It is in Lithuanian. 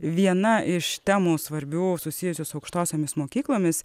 viena iš temų svarbių susijusių su aukštosiomis mokyklomis